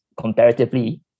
comparatively